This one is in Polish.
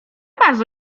bardzo